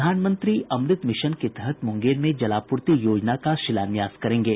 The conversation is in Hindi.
प्रधानमंत्री अमृत मिशन के तहत मुंगेर में जलापूर्ति योजना का शिलान्यास करेंगे